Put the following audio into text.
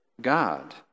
God